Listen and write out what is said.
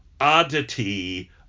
oddity